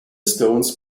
stones